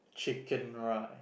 chicken rice